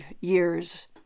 years